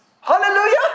Hallelujah